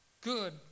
good